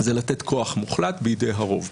זה לתת כוח מוחלט בידי הרוב.